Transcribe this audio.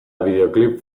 bideoklip